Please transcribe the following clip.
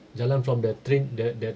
jalan from the train the the